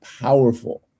powerful